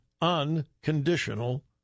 unconditional